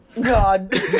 god